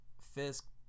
Fisk